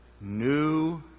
New